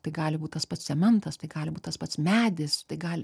tai gali būt tas pats cementas tai gali būt tas pats medis tai gali